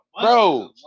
bro